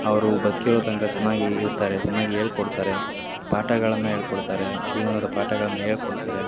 ಅವರು ಬದುಕಿರೋ ತನಕ ಚೆನ್ನಾಗಿ ಇರ್ತಾರೆ ಚೆನ್ನಾಗಿ ಹೇಳ್ಕೊಡ್ತಾರೆ ಪಾಠಗಳನ್ನು ಹೇಳ್ಕೊಡ್ತಾರೆ ಜೀವನದ ಪಾಠಗಳನ್ನು ಹೇಳ್ಕೊಡ್ತಾರೆ